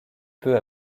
peu